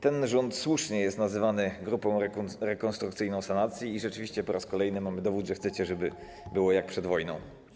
Ten rząd słusznie jest nazywany grupą rekonstrukcyjną sanacji i rzeczywiście po raz kolejny mamy dowód, że chcecie, żeby było jak przed wojną.